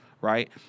right